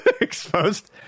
exposed